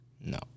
no